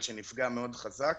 אבל שנפגע מאוד חזק.